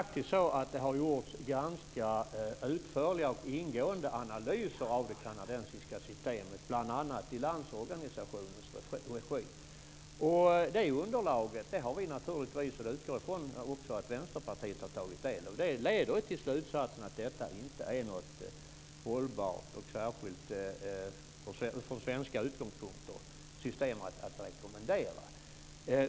Fru talman! Det är faktiskt så att det har gjorts ganska utförliga och ingående analyser av det kanadensiska systemet, bl.a. i Landsorganisationens regi. Det underlaget har vi naturligtvis utgått från att också Vänsterpartiet har tagit del av. Det leder till slutsatsen att detta inte från svensk utgångspunkt är något hållbart system att rekommendera.